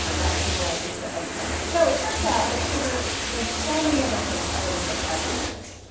um that stabilizes the egg foams. so it turns out that sugar does so many other things, other than just add sweetness.